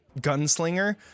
Gunslinger